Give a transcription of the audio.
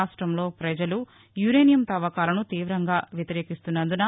రాష్టంలో ప్రజలు యురేనియం తవ్వకాలను తీవంగా వ్యతిరేకిస్తున్నందున